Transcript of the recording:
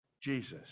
Jesus